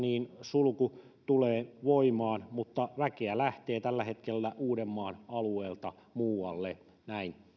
sulku tulee voimaan mutta väkeä lähtee tällä hetkellä uudenmaan alueelta muualle näin